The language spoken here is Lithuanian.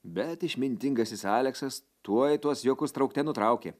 bet išmintingasis aleksas tuoj tuos juokus traukte nutraukė